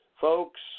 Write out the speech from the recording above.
Folks